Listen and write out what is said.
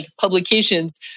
publications